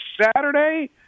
Saturday